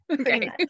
okay